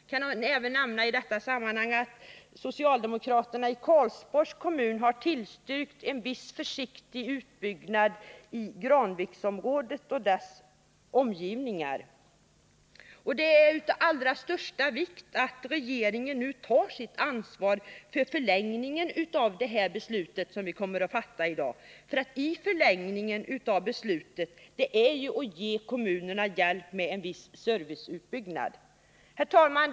Bildande av natio Jag kan i detta sammanhang nämna att socialdemokraterna i Karlsborgs kommun har tillstyrkt en viss försiktig utbyggnad i Granviksområdet och dess omgivningar. Det är nu av allra största vikt att regeringen genom att ge kommunerna hjälp med viss serviceutbyggnad tar sitt ansvar för förlängningen av det beslut som vi i dag kommer att fatta. Herr talman!